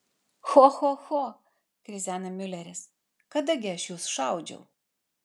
cho cho cho krizena miuleris kada gi aš jus šaudžiau